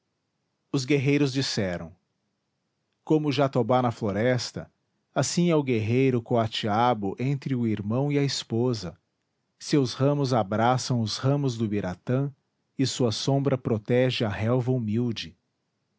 os guerreiros disseram como o jatobá na floresta assim é o guerreiro coatiabo entre o irmão e a esposa seus ramos abraçam os ramos do ubiratã e sua sombra protege a relva humilde